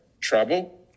trouble